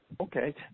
okay